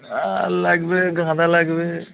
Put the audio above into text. আর লাগবে গাঁদা লাগবে